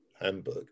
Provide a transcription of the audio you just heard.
Hamburg